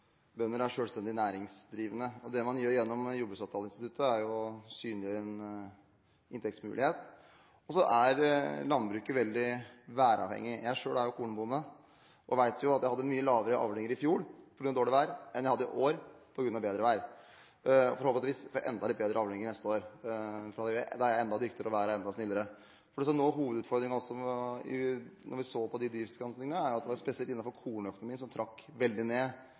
synliggjøre en inntektsmulighet. Landbruket er veldig væravhengig. Jeg er selv kornbonde, og vet at jeg hadde mye dårligere avlinger i fjor, pga. dårlig vær, enn jeg hadde i år, pga. bedre vær. Forhåpentligvis får jeg enda litt bedre avlinger neste år, for da er jeg enda dyktigere og været er enda snillere. Noe av hovedutfordringen – når vi ser på de driftsgranskingene – er at det var spesielt innenfor kornøkonomien det trakk veldig ned.